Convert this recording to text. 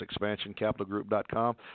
expansioncapitalgroup.com